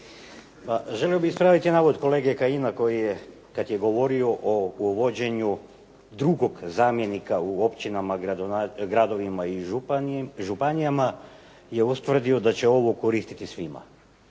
Pa želio bih ispraviti navod kolege Kajina koji je kad je govorio o uvođenju drugog zamjenika u općinama, gradovima i županijama je ustvrdio da će ovo koristiti svima.